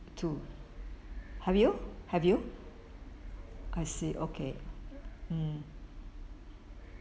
too have you have you I see okay mm